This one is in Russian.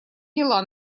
дела